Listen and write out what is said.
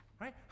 right